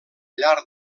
llarg